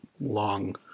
long